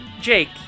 Jake